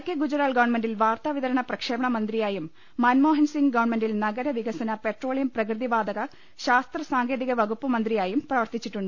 K Gujral ഗ്വൺമെന്റിൽ വാർത്താ വിതരണ പ്രക്ഷേപണ മന്ത്രിയായും മൻമോഹൻസിംഗ് ഗവൺമെന്റിൽ നഗര വികസന പെട്രോ ളിയം പ്രകൃതി വാതക ശാസ്ത്ര സാങ്കേതിക വകുപ്പ് മന്ത്രിയായും പ്രവർത്തിച്ചിട്ടുണ്ട്